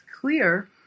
clear